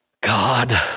God